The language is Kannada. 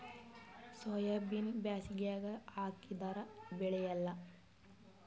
ಸೋಯಾಬಿನ ಬ್ಯಾಸಗ್ಯಾಗ ಹಾಕದರ ಬೆಳಿಯಲ್ಲಾ?